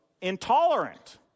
intolerant